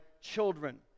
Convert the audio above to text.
children